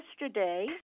yesterday